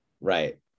right